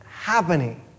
happening